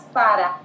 para